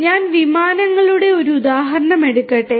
അതിനാൽ ഞാൻ വിമാനങ്ങളുടെ ഒരു ഉദാഹരണം എടുക്കട്ടെ